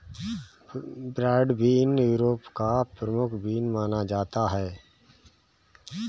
broad bean Europe का प्रमुख bean माना जाता है